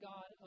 God